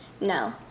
no